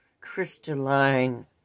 crystalline